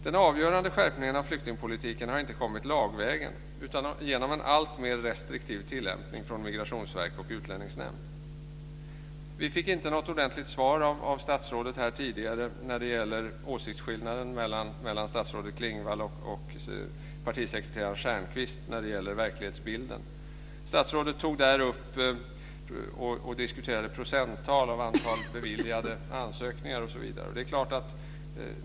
Den avgörande skärpningen av flyktingpolitiken har inte kommit lagvägen utan genom en alltmer restriktiv tillämpning från Migrationsverket och Utlänningsnämnden. Vi fick inte något ordentligt svar av statsrådet här tidigare när det gäller åsiktsskillnaden mellan statsrådet Klingvall och partisekreteraren Stjernqvist i fråga om verklighetsbilden. Statsrådet diskuterade procenttal och antalet beviljade ansökningar osv.